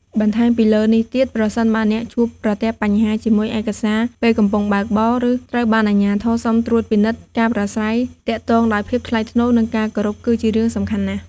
បន្ថែមពីលើនេះទៀត ប្រសិនបើអ្នកជួបប្រទះបញ្ហាជាមួយឯកសារពេលកំពុងបើកបរ ឬត្រូវបានអាជ្ញាធរសុំត្រួតពិនិត្យ ការប្រាស្រ័យទាក់ទងដោយភាពថ្លៃថ្នូរ និងការគោរព គឺជារឿងសំខាន់ណាស់។